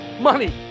money